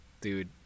Dude